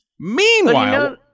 Meanwhile